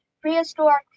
prehistoric